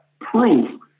proof